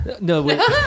No